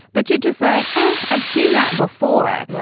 but you're just lying. i've seen that before.